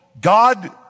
God